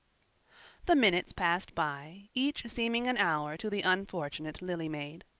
the minutes passed by, each seeming an hour to the unfortunate lily maid.